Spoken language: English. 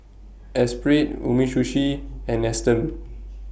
Espirit Umisushi and Nestum